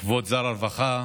כבוד שר הרווחה,